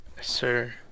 sir